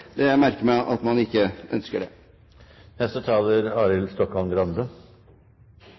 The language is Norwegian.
Jeg merker meg at det ønsker man ikke.